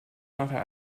nachher